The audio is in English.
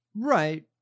Right